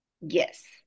Yes